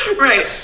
Right